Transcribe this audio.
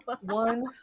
One